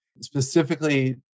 specifically